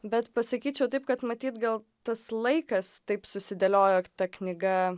bet pasakyčiau taip kad matyt gal tas laikas taip susidėliojo ta knyga